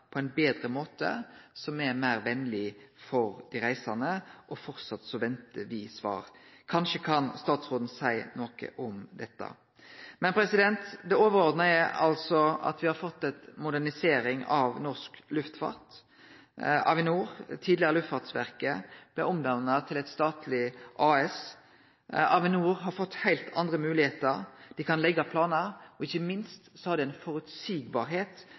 på ein betre måte, som er meir venleg for dei reisande. Framleis ventar me på svar. Kanskje statsråden kan seie noko om dette? Det overordna er at me har fått ei modernisering av norsk luftfart. Avinor, tidlegare Luftfartsverket, blei omdanna til eit statleg AS. Avinor har fått heilt andre moglegheiter. Dei kan leggje planar, og ikkje minst kan dei vere framsynte og sikre i det